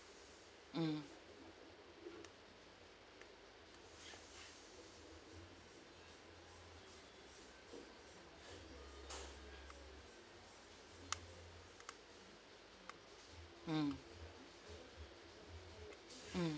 mm mm mm